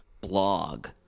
blog